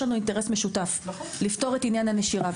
לנו אינטרס משותף והוא לפתור את בעיית הנשירה.